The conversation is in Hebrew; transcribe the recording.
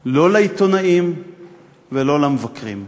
לא לעיתונאים ולא למבקרים.